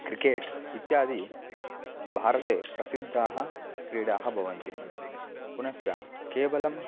cricket इत्यादि भारते प्रसिद्धाः क्रीडाः भवन्ति पुनश्च केवलम्